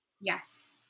Yes